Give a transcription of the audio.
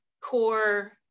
core